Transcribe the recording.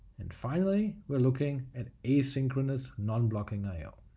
and finally we're looking at asynchronous non-blocking i o.